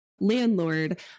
landlord